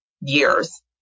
years